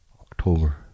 October